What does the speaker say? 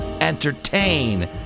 entertain